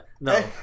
No